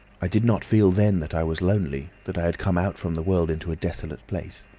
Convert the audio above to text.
i did not feel then that i was lonely, that i had come out from the world into a desolate place.